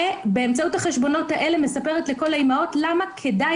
ובאמצעותם מספרת לכל האימהות למה כדאי